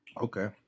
Okay